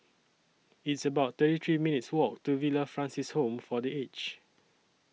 It's about thirty three minutes' Walk to Villa Francis Home For The Aged